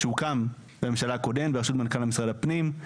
שהוקם בממשלה הקודמת ברשות מנכ"ל משרד הפנים.